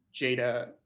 Jada